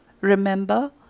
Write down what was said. remember